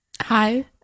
hi